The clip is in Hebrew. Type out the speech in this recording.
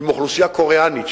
עם אוכלוסייה קוריאנית,